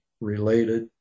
related